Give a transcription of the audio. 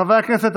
חברי הכנסת,